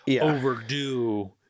overdue